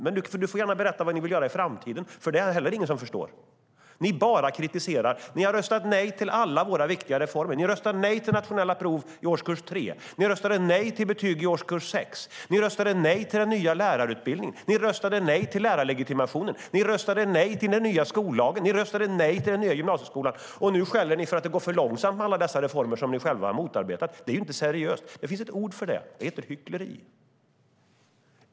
Men du får gärna berätta vad ni vill göra i framtiden, för det är det heller ingen som förstår. Ni bara kritiserar. Ni har röstat nej till alla våra riktiga reformer. Ni röstade nej till nationella prov i årskurs 3. Ni röstade nej till betyg i årskurs 6. Ni röstade nej till den nya lärarutbildningen. Ni röstade nej till lärarlegitimationen. Ni röstade nej till den nya skollagen. Ni röstade nej till den nya gymnasieskolan. Och nu skäller ni för att det går för långsamt med alla dessa reformer som ni själva har motarbetat. Det är inte seriöst. Det finns ett ord för det, och det är "hyckleri".